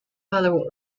follower